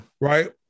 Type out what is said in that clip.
right